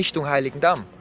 to heiligendamm,